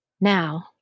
Now